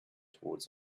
towards